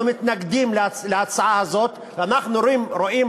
אנחנו מתנגדים להצעה הזאת ואנחנו רואים